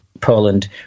Poland